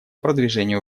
продвижению